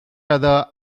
other